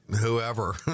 whoever